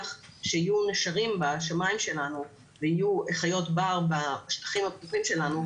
שיהיו נשרים בשמיים שלנו ויהיו חיות בר בשטחים הפתוחים שלנו,